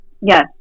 yes